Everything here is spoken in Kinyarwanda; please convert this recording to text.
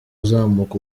uzamuka